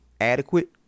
adequate